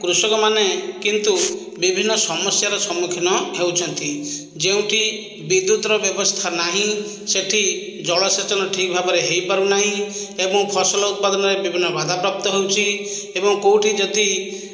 କୃଷକମାନେ କିନ୍ତୁ ବିଭିନ୍ନ ସମସ୍ୟାର ସମ୍ମୁଖୀନ ହେଉଛନ୍ତି ଯେଉଁଠି ବିଦ୍ୟୁତର ବ୍ୟବସ୍ଥା ନାହିଁ ସେଠି ଜଳସେଚନ ଠିକ ଭାବରେ ହେଇପାରୁନାହିଁ ଏବଂ ଫସଲ ଉତ୍ପାଦନରେ ବିଭିନ୍ନ ବାଧା ପ୍ରାପ୍ତ ହେଉଛି ଏବଂ କେଉଁଠି ଯଦି